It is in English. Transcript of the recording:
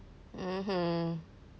mmhmm